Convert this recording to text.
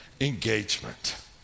Engagement